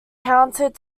counted